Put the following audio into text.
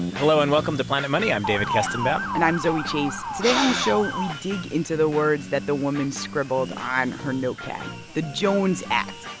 hello, and welcome to planet money. i'm david kestenbaum and i'm zoe chace. today on the show, we dig into the words that the woman scribbled on her notepad the jones act.